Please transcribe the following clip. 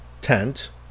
tent